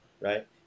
right